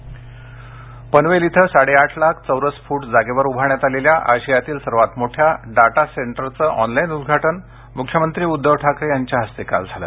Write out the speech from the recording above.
ठाकरे पनवेल इथं साडेआठ लाख चौरस फूट जागेवर उभारण्यात आलेल्या आशियातील सर्वात मोठ्या डाटा सेन्टरचं ऑनलाईन उद्घाटन म्ख्यमंत्री उद्धव ठाकरे यांच्या हस्ते काल झालं